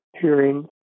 hearing